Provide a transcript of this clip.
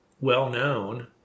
well-known